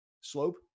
slope